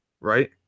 right